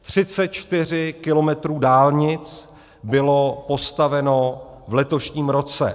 34 kilometrů dálnic bylo postaveno v letošním roce.